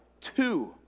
two